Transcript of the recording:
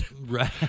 Right